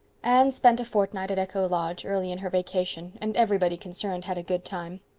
anne spent a fortnight at echo lodge early in her vacation and everybody concerned had a good time.